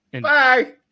Bye